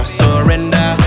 surrender